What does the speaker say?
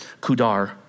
Kudar